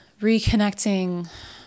reconnecting